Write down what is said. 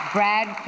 Brad